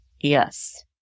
yes